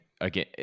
again